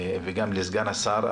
וגם לסגן השר,